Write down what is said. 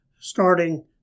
starting